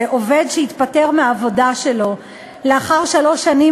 שעובד שהתפטר מהעבודה שלו לאחר שלוש שנים